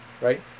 Right